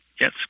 Yes